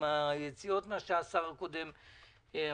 עם היציאות ששר התחבורה הקודם אישר.